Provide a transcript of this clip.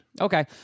Okay